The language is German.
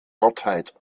gottheit